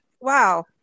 Wow